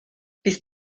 bydd